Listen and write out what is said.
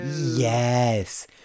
Yes